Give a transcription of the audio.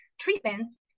treatments